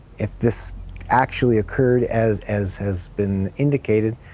if this actually occurred as as has been indicated,